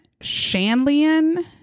Shanlian